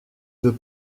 veux